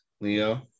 Leo